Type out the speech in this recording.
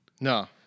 No